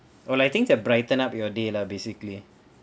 oh I think they'll brighten up your day lah basically